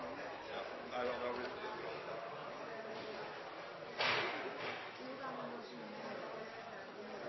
og det man